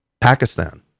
Pakistan